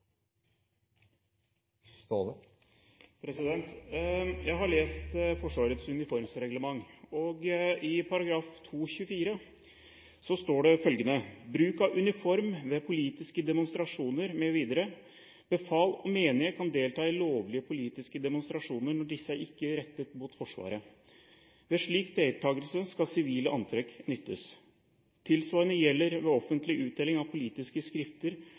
blir replikkordskifte. Jeg har lest Forsvarets uniformsreglement, og i 2.24 Bruk av uniform ved politiske demonstrasjoner m. v. står det følgende: «Befal og menige kan delta i lovlige politiske demonstrasjoner når disse ikke er rettet mot Forsvaret. Ved slik deltagelse skal sivilt antrekk nyttes. Tilsvarende gjelder ved offentlig utdeling av politiske skrifter,